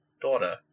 daughter